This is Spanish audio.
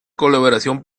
colaboración